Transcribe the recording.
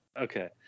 Okay